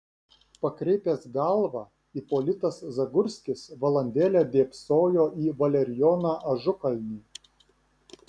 pakreipęs galvą ipolitas zagurskis valandėlę dėbsojo į valerijoną ažukalnį